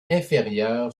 inférieure